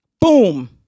boom